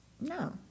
No